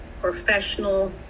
professional